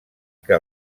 que